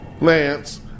Lance